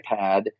iPad